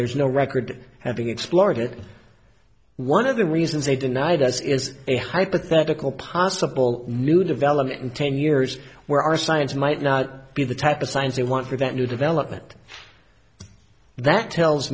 there's no record having explored it one of the reasons they denied us is a hypothetical possible new development in ten years where our science might not be the type of science they want prevent new development that tells